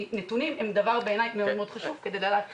כי נתונים הם דבר מאוד חשוב כדי לדעת איך להתנהל.